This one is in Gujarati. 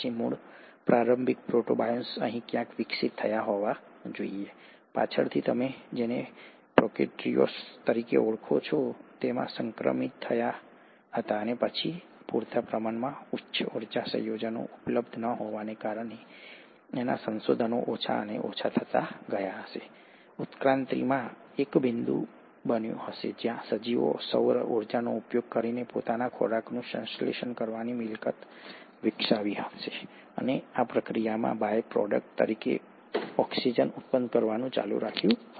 મૂળ પ્રારંભિક પ્રોટોબાયોન્ટ્સ અહીં ક્યાંક વિકસિત થયા હોવા જોઈએ પાછળથી તમે જેને પ્રોકેરીયોટ્સ તરીકે ઓળખો છો તેમાં સંક્રમિત થયા હતા અને પછી પૂરતા પ્રમાણમાં ઉચ્ચ ઊર્જા સંયોજનો ઉપલબ્ધ ન હોવાને કારણે અને સંસાધનો ઓછા અને ઓછા થતા જતા ઉત્ક્રાંતિમાં એક બિંદુ બન્યું હશે જ્યાં સજીવો સૌર ઉર્જાનો ઉપયોગ કરીને પોતાના ખોરાકનું સંશ્લેષણ કરવાની મિલકત વિકસાવી હશે અને આ પ્રક્રિયામાં બાય પ્રોડક્ટ તરીકે ઓક્સિજન ઉત્પન્ન કરવાનું ચાલુ રાખ્યું હશે